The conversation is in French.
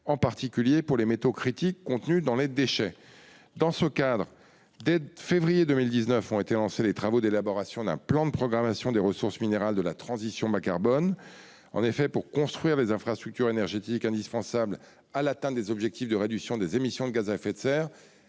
en particulier pour les métaux critiques contenus dans les déchets. » Dans ce cadre, dès février 2019 ont été lancés les travaux d'élaboration d'un plan de programmation des ressources minérales de la transition bas-carbone. En effet, pour construire les infrastructures énergétiques indispensables à l'atteinte des objectifs de réduction des émissions de gaz à effet de serre,